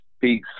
Peace